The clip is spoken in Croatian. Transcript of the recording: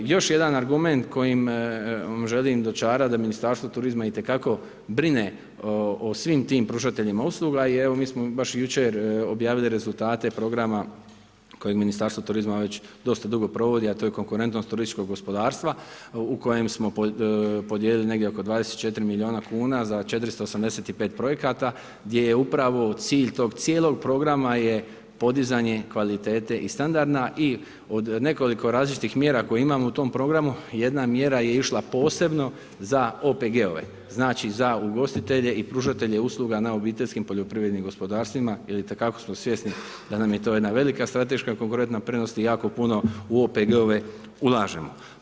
Još jedan argument kojim am želim dočarati da Ministarstvo turizma itekako brine o svim tim pružateljima usluga i evo mi smo baš jučer objavili rezultate programa koje Ministarstvo turizma već dosta dugo provodi a to je konkurentnost turističkog gospodarstva u kojem smo podijelili negdje oko 24 milijuna kuna za 485 projekata gdje je upravo cilj tog cijelog programa podizanje kvalitete i standarda i od nekoliko različitih mjera koje imamo u tom programu, jedna mjera je išla posebno za OPG-ove, znači za ugostitelje i pružatelje usluga na OPG-ima jer itekako smo svjesni da nam je to jedna velika strateška konkurentna prednost i jako puno u OPG-ove ulažemo.